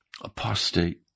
Apostate